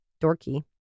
Dorky